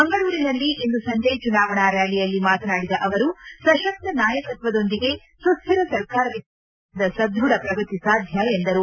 ಮಂಗಳೂರಿನಲ್ಲಿ ಇಂದು ಸಂಜೆ ಚುನಾವಣಾ ರ್ಕಾಲಿಯಲ್ಲಿ ಮಾತನಾಡಿದ ಅವರು ಸಶಕ್ತ ನಾಯಕತ್ವದೊಂದಿಗೆ ಸುಶ್ರಿರ ಸರ್ಕಾರವಿದ್ದಾಗ ಮಾತ್ರ ದೇಶದ ಸದೃಢ ಪ್ರಗತಿ ಸಾಧ್ಯ ಎಂದರು